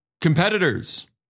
competitors